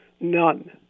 none